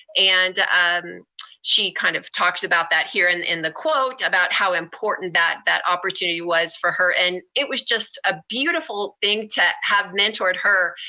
and um she kind of talks about that here and in the quote, about how important that that opportunity was for her. and it was just a beautiful thing to have mentored her,